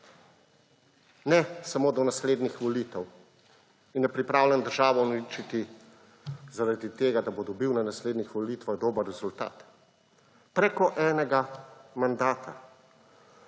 ne samo do naslednjih volitev in da je pripravljen državo uničiti zaradi tega, da bo dobil na naslednjih volitvah dober rezultat. Preko enega mandata.